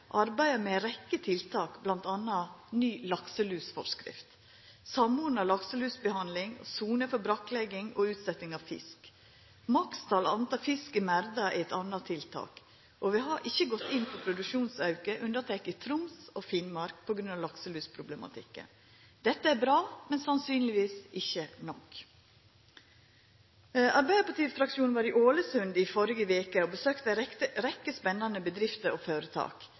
arbeider med ei rekkje tiltak, m.a. ny lakselusforskrift, samordna lakselusbehandling og soner for brakklegging og for å setja ut fisk. Maks tal fisk i merdar er eit anna tiltak, og vi har ikkje gått inn for produksjonsauke, unnateke i Troms og Finnmark, på grunn av lakselusproblematikken. Dette er bra, men sannsynlegvis ikkje nok. Arbeidarpartifraksjonen var i Ålesund førre veke og besøkte ei rekkje spanande bedrifter og føretak.